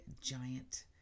giant